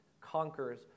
conquers